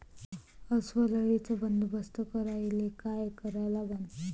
अस्वल अळीचा बंदोबस्त करायले काय करावे लागन?